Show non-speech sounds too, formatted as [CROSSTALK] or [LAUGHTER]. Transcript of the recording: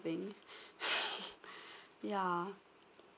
thing [LAUGHS] yeah